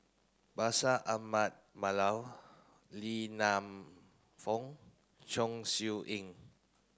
Bashir Ahmad Mallal Lee Man Fong Chong Siew Ying